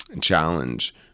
challenge